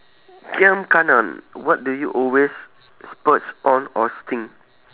what do you always splurge on or sting